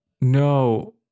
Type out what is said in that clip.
no